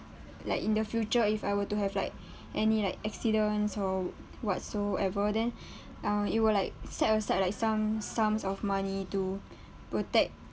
like in the future if I were to have like any like accidents or whatsoever then uh it will like set aside like some sums of money to protect